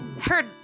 heard